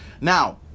Now